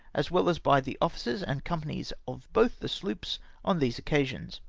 as well as by the officers and companies of both the sloops on these occasions,